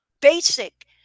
basic